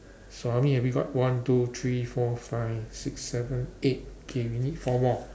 so how many have you got one two three four five six seven eight okay we need four more